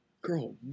Girl